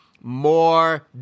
more